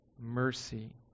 mercy